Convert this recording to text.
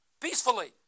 peacefully